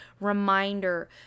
reminder